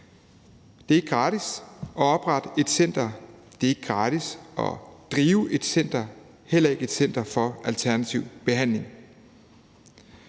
Det er ikke gratis at oprette et center, det er ikke gratis at drive et center, heller ikke et center for alternativ behandling.